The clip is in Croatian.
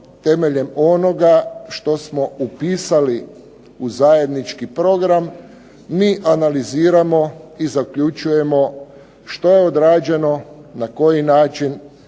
temeljem onoga što smo upisali u zajednički program, mi analiziramo i zaključujemo što je odrađeno, na koji način,